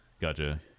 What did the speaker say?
Gotcha